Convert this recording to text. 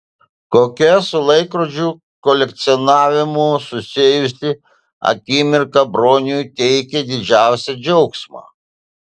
kokia su laikrodžių kolekcionavimu susijusi akimirka broniui teikia didžiausią džiaugsmą